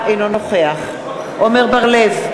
אינו נוכח עמר בר-לב,